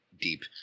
deep